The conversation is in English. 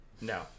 No